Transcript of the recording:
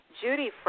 judy